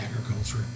agriculture